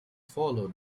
followed